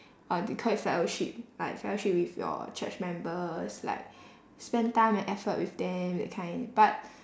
uh they call it fellowship like fellowship with your church members like spend time and effort with them that kind but